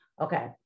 Okay